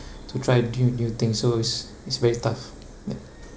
to try do new thing so it's it's very tough yup